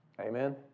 Amen